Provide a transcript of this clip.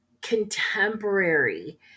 contemporary